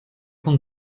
con